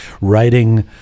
writing